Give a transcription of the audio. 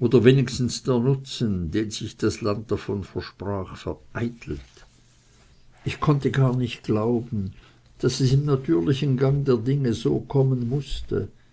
oder wenigstens der nutzen den sich das land davon versprach vereitelt ich konnte gar nicht glauben dass es im natürlichen gang der dinge so kommen musste